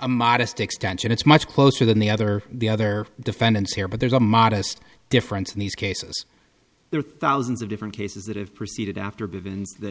a modest extension it's much closer than the other the other defendants here but there's a modest difference in these cases there are thousands of different cases that have proceeded after bivins that